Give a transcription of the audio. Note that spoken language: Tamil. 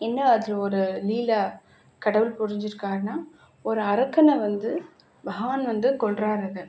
என்ன அதில் ஒரு லீலை கடவுள் புரிஞ்சுருக்காருன்னா ஒரு அரக்கனை வந்து பகவான் வந்து கொல்கிறாரு